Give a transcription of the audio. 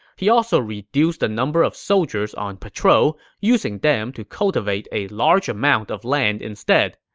he also reduced the number of soldiers on patrol, using them to cultivate a large amount of land instead.